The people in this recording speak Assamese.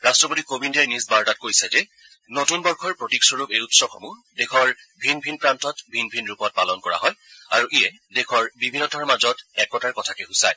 ৰাট্টপতি কোবিন্দে নিজৰ বাৰ্তাত কৈছে যে নতুন বৰ্ষৰ প্ৰতিকস্বৰূপ এই উৎসৱসমূহ দেশৰ ভিন ভিন প্ৰান্তত ভিন ভিন ৰূপত পালন কৰা হয় আৰু ইয়ে দেশৰ বিবিধতাৰ মাজত একতাৰ কথাকে সুচায়